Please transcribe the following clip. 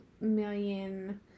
million